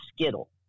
Skittle